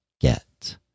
get